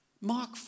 Mark